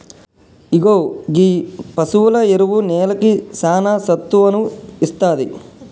ఇగో గీ పసువుల ఎరువు నేలకి సానా సత్తువను ఇస్తాది